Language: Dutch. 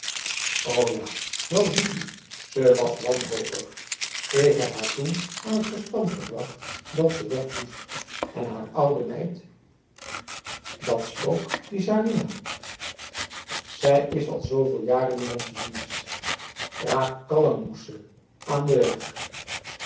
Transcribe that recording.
o ja wel ziet u ze was wanhopig en ik heb haar toen aan het verstand gebracht dat ze weg moest en haar oude meidb dat spook die sarinah zij is al zoveel jaren in onze dienst krakallen moest ze aan de weg